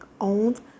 Owned